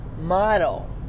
model